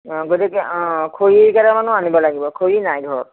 অঁ গতিকে অঁ খৰি কেইদালমানো আনিব লাগিব খৰি নাই ঘৰত